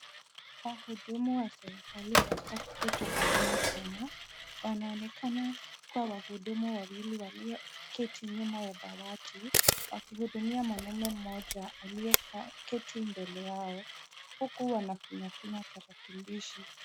Wahudumu wa serikali katika kituo cha huduma Kenya. Wanaonekana kuwa wahudumu wawili walioketi nyuma ya dawati, wakihudumia mwanaume mmoja aliyeketi mbele yao, huku wanafinyafinya tarakilishi.